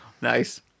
Nice